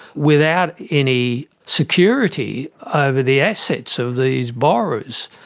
without any security ah over the assets of these borrowers.